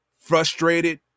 frustrated